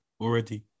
already